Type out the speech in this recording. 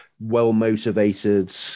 well-motivated